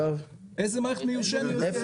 איזה מערכת מיושנת?